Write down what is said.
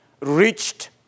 reached